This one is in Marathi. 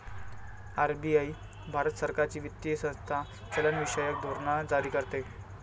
आर.बी.आई भारत सरकारची वित्तीय संस्था चलनविषयक धोरण जारी करते